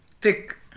thick